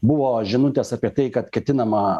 buvo žinutės apie tai kad ketinama